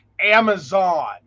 Amazon